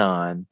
on